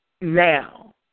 now